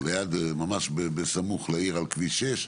או ממש בסמוך לעיר על כביש 6,